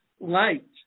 light